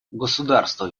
государства